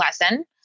lesson